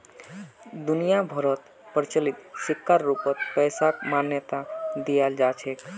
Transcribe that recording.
दुनिया भरोत प्रचलित सिक्कर रूपत पैसाक मान्यता दयाल जा छेक